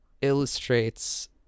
illustrates